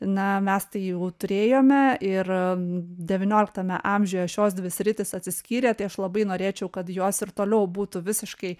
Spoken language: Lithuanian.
na mes tai jau turėjome ir devynioliktame amžiuje šios dvi sritys atsiskyrė tai aš labai norėčiau kad jos ir toliau būtų visiškai